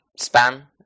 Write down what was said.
spam